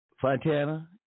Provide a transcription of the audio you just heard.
Fontana